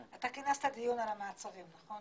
אתה כינסת דיון על המעצרים, נכון?